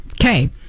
Okay